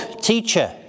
teacher